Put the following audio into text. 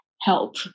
help